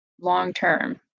long-term